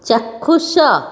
ଚାକ୍ଷୁଷ